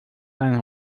ein